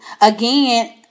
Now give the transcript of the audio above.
again